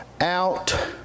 out